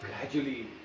gradually